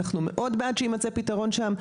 אנחנו מאוד בעד שיימצא פתרון שם,